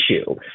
issue